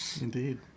Indeed